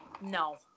no